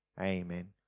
Amen